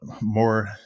more